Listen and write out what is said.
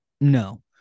no